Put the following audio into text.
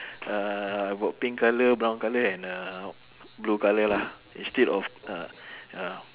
uh I got pink colour brown colour and uh blue colour lah instead of uh ya